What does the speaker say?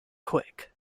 quick